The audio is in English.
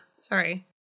Sorry